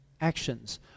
actions